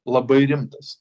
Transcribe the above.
labai rimtas